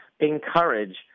encourage